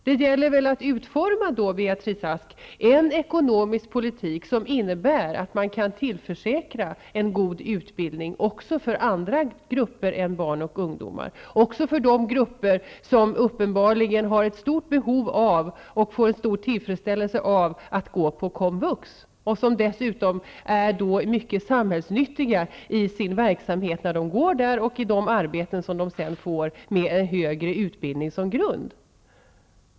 Det gäller väl, Beatrice Ask, att utforma en ekonomisk politik som innebär att man kan tillförsäkra också andra grupper än barn och ungdomar en god utbildning de grupper som uppenbarligen har ett stort behov av och får en stor tillfredsställelse av att gå på komvux. Dessutom är de mycket ''samhällsnyttiga'' i sin verksamhet när de går där och i de arbeten som de sedan får med en högre utbildning som grund.